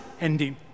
ending